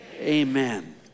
Amen